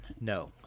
no